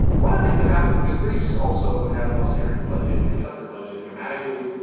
one of the things that happened because greece also had an austerity budget and they cut their budget dramatically